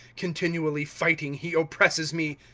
continually fighting he oppresses me.